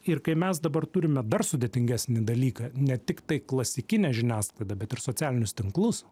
ir kai mes dabar turime dar sudėtingesnį dalyką ne tiktai klasikinę žiniasklaidą bet ir socialinius tinklus